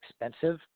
expensive